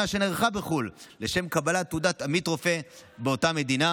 שנערכה בחו"ל לשם קבלת תעודת עמית רופא באותה מדינה